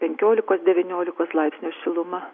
penkiolikos devyniolikos laipsnių šiluma